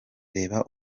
reba